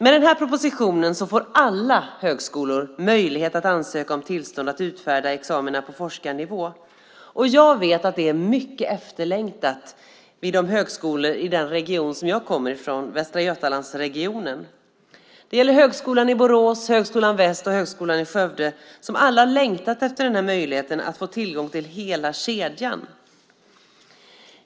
Med den här propositionen får alla högskolor möjlighet att ansöka om tillstånd att utfärda examina på forskarnivå. Jag vet att det är mycket efterlängtat vid högskolorna i den region som jag kommer från, Västra Götalandsregionen. Det gäller Högskolan i Borås, Högskolan Väst och Högskolan i Skövde som alla har längtat efter den här möjligheten att få tillgång till hela kedjan.